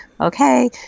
okay